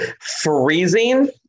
freezing